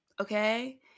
Okay